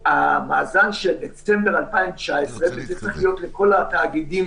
שהמאזן של דצמבר 2019 וזה צריך להיות לכל התאגידים,